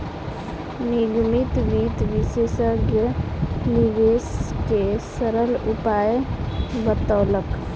निगमित वित्त विशेषज्ञ निवेश के सरल उपाय बतौलक